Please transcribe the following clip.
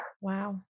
Wow